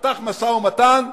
ייפתח משא-ומתן,